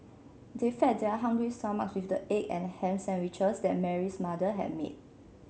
they fed their hungry stomachs with the egg and ham sandwiches that Mary's mother had made